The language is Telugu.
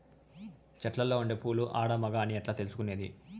చెట్టులో ఉండే పూలు ఆడ, మగ అని ఎట్లా తెలుసుకునేది?